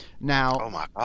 Now